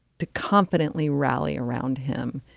to competently rally around him,